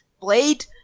Blade